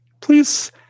please